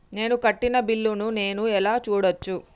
నేను కట్టిన బిల్లు ను నేను ఎలా చూడచ్చు?